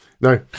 No